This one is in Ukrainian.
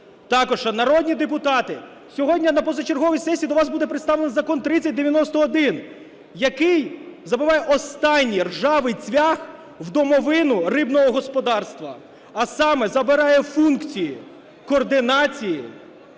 Також, народні депутати, сьогодні на позачерговій сесії вам буде представлено Закон 3091, який забиває останній "ржавий цвях" в "домовину" рибного господарства, а саме забирає функції координації